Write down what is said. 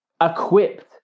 equipped